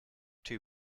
too